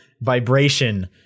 vibration